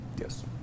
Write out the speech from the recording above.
Yes